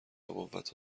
قوت